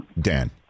Dan